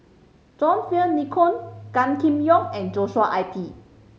John Fearn Nicoll Gan Kim Yong and Joshua I P